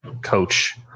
coach